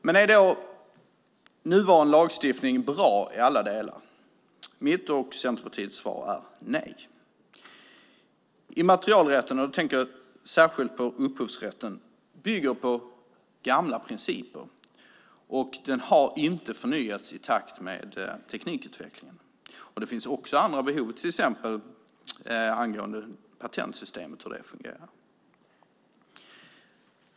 Men är nuvarande lagstiftning bra i alla delar? Mitt och Centerpartiets svar är nej. Immaterialrätten, och då tänker jag särskilt på upphovsrätten, bygger på gamla principer och har inte förnyats i takt med teknikutvecklingen. Det finns också andra behov, till exempel när det gäller hur patentsystemet fungerar.